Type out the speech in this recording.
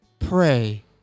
pray